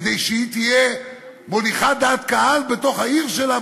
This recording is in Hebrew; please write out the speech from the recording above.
כדי שהיא תהיה מוליכת דעת קהל בתוך העיר שלה,